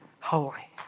holy